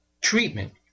treatment